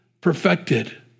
perfected